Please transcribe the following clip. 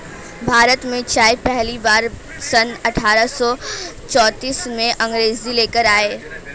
भारत में चाय पहली बार सन अठारह सौ चौतीस में अंग्रेज लेकर आए